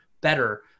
better